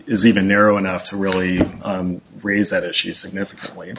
is even narrow enough to really raise that issue significantly